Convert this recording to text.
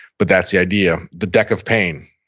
but that's the idea. the deck of pain.